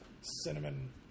Cinnamon